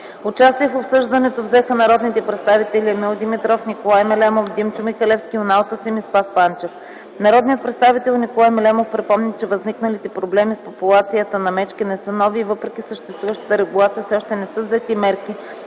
Участие в обсъждането взеха народните представители Емил Димитров, Николай Мелемов, Димчо Михалевски, Юнал Тасим и Спас Панчев. Народният представител Николай Мелемов припомни, че възникналите проблеми с популацията на мечки не са нови и въпреки съществуващата регулация все още не са взети мерки